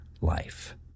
life